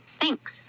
thanks